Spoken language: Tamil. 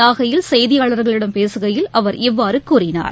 நாகையில் செய்தியாளர்களிடம் பேசுகையில் அவர் இவ்வாறுகூறினார்